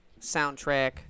soundtrack